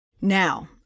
Now